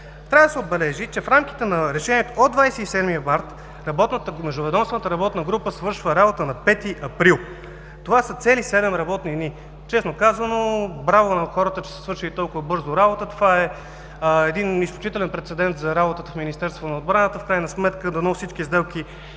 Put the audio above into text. Трябва да се отбележи, че в рамките на решението от 27 март междуведомствената работна група свършва работа на 5 април – това са цели седем работни дни. Честно казано, браво на хората, че са свършили толкова бързо работата! Това е изключителен прецедент за работата в Министерство на отбраната! В крайна сметка дано всички сделки,